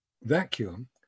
vacuum